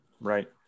Right